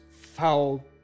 foul